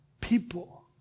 people